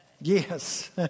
Yes